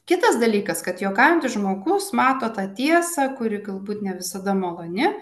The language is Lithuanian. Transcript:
kitas dalykas kad juokaujantis žmogus mato tą tiesą kuri galbūt ne visada maloni